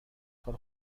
سال